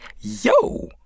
Yo